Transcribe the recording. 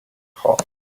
high